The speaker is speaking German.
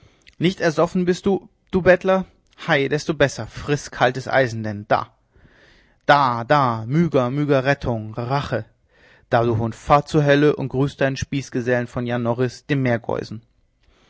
nicht ersoffen bist du du bettler hei desto besser friß kaltes eisen denn da da da myga myga rettung rache da du hund fahr zur hölle und grüß deinen spießgesellen vom jan norris dem meergeusen